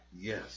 Yes